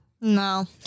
No